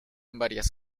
varias